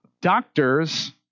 Doctors